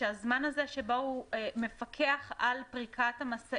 הזמן הזה שבו הוא מפקח על פריקת המשאית,